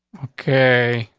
okay.